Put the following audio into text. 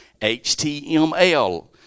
HTML